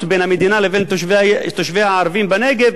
בין המדינה לבין תושביה הערבים בנגב.